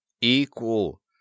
Equal